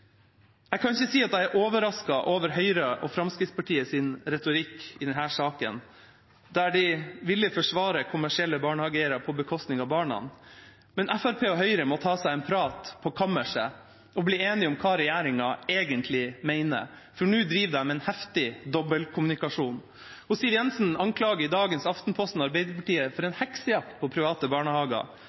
Jeg kan ikke si at jeg er overrasket over Høyre og Fremskrittspartiets retorikk i denne saken, der de villig forsvarer kommersielle barnehageeiere på bekostning av barna. Men Fremskrittspartiet og Høyre må ta seg en prat på kammerset og bli enige om hva regjeringa egentlig mener, for nå bedriver de en heftig dobbeltkommunikasjon. Siv Jensen anklager i dagens Aftenposten Arbeiderpartiet for en heksejakt på private barnehager,